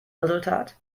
resultat